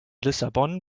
lissabon